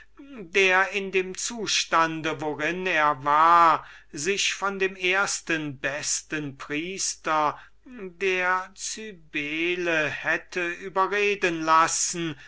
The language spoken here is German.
der in dem zustande worin er war sich von dem ersten besten priester der cybele hätte überreden lassen